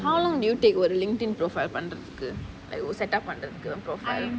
how long do you take to a LinkedIn profile பண்றதுக்கு:pandrathuku like will setup on the student profile